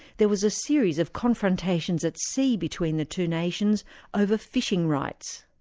there was a series of confrontations at sea between the two nations over fishing rights.